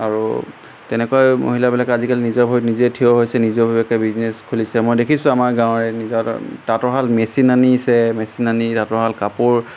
আৰু তেনেকৈ মহিলাবিলাকে আজিকালি নিজৰ ভৰিত নিজে থিয় হৈছে নিজাববীয়াকৈ বিজনেছ খুলিছে মই দেখিছোঁ আমাৰ গাঁৱৰে নিজৰ তাঁতৰশাল মেচিন আনিছে মেচিন আনি তাঁতৰশাল কাপোৰ